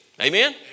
Amen